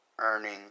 earning